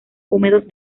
húmedos